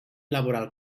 laboral